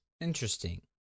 Interesting